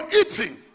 eating